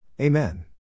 Amen